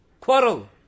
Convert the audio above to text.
quarrel